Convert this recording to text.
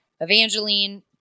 evangeline